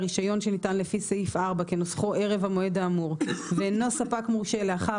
רישיון שניתן לפי סעיף 4 כנוסחו ערב המועד האמור ואינו ספק מורשה לאחר